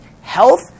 health